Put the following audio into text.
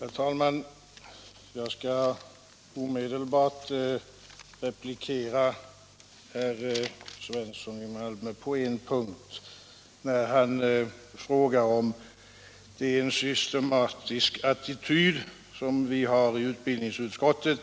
Herr talman! Jag skall omedelbart replikera herr Svensson i Malmö på en punkt. Han frågar om det är en systematisk attityd som vi har i utbildningsutskottet